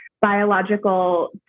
biological